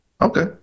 okay